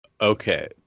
okay